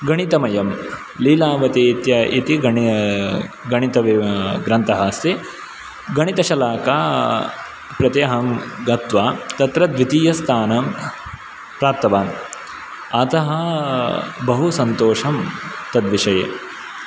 गणितमयं लीलावती इत्य इति गणी गणीतव्य ग्रन्थः अस्ति गणितशलाका प्रति अहं गत्वा तत्र द्वितीयस्थानं प्राप्तवान् अतः बहुसन्तोषं तद्विषये